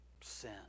sin